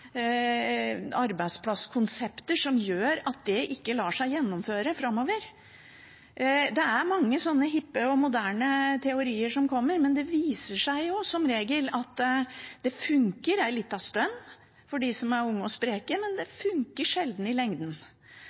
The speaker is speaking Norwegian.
arbeidsplasskonsepter som gjør at det ikke lar seg gjennomføre framover. Det er mange sånne hippe og moderne teorier som kommer, men det viser seg som regel at det fungerer en liten stund, for dem som er unge og spreke, men det fungerer sjelden i lengden.